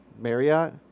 Marriott